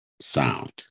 sound